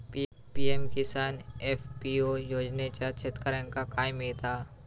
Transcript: PM Kisan FPO योजनाच्यात शेतकऱ्यांका काय मिळता?